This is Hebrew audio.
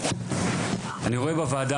אני רואה בוועדה